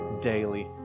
daily